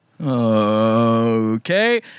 Okay